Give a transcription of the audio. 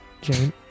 jane